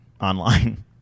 online